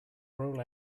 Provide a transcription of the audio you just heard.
roll